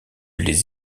les